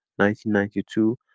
1992